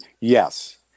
yes